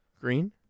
Green